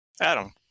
Adam